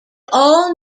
all